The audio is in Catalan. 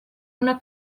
una